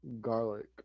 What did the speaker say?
Garlic